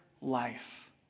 life